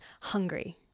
hungry